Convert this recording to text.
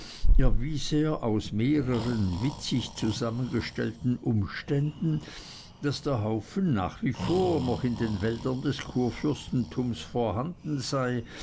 erwies er aus mehreren witzig zusammengestellten umständen daß der haufen nach wie vor noch in den wäldern des kurfürstentums vorhanden sei